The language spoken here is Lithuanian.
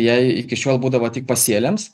jei iki šiol būdavo tik pasėliams